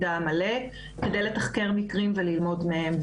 כדי לתחקר מקרים וללמוד מהם.